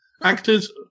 Actors